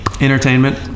Entertainment